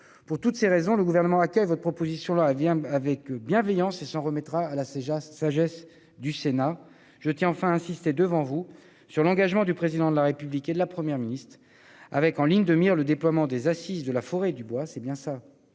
Pour toutes ces raisons, le Gouvernement accueille votre proposition de loi avec bienveillance et s'en remettra à la sagesse du Sénat. Je tiens enfin à insister devant vous sur l'engagement du Président de la République et de la Première ministre. Je pense au déploiement des Assises de la forêt et du bois, qui